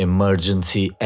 Emergency